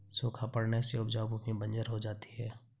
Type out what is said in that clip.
सूखा पड़ने से उपजाऊ भूमि बंजर हो जाती है